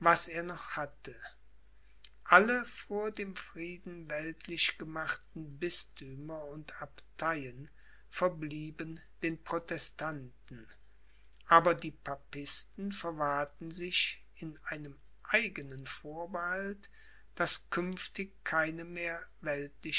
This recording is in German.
was er noch hatte alle vor dem frieden weltlich gemachten bisthümer und abteien verblieben den protestanten aber die papisten verwahrten sich in einem eigenen vorbehalt daß künftig keine mehr